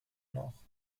noch